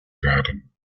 werden